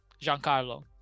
Giancarlo